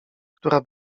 która